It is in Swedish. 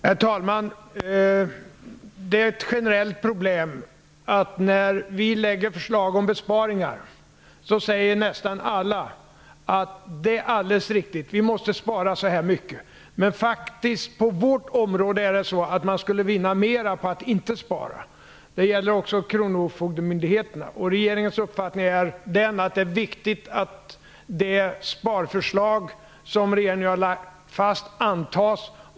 Herr talman! Det finns ett generellt problem. När vi lägger fram förslag om besparingar säger nästan alla att det är alldeles riktigt att spara så mycket, men man menar att man skulle vinna mer på att inte spara just på det egna området. Detta gäller också kronofogdemyndigheterna. Regeringens uppfattning är att det är viktigt att de sparförslag som regeringen nu har lagt fast antas.